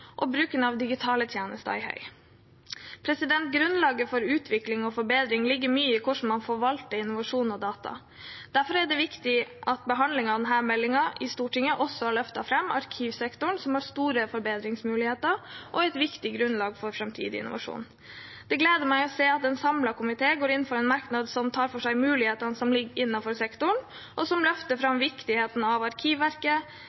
og bruken av digitale tjenester er høy. Grunnlaget for utvikling og forbedring ligger mye i hvordan man forvalter innovasjon og data. Derfor er det viktig at behandlingen av denne meldingen i Stortinget også løfter fram arkivsektoren, som har store forbedringsmuligheter og er et viktig grunnlag for framtidig innovasjon. Det gleder meg å se at en samlet komité går inn for en merknad som tar for seg mulighetene som ligger innenfor sektoren, og som løfter